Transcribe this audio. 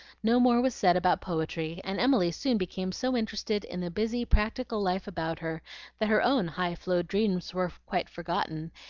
no more was said about poetry and emily soon became so interested in the busy, practical life about her that her own high-flown dreams were quite forgotten,